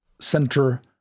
center